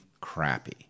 crappy